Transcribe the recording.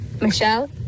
Michelle